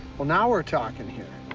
well, now we're talking here.